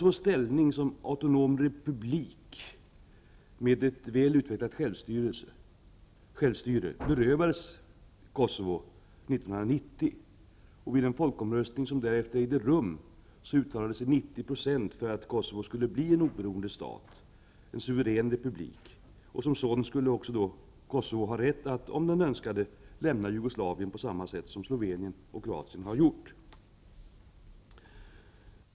Vid en folkomröstning som därefter ägde rum uttalade sig 90 % för att Kosovo skulle bli en oberoende stat, en suverän republik. Som sådan skulle Kosovo ha rätt att, om den så önskade, lämna Jugoslavien på samma sätt som Slovenien och Kroatien har gjort.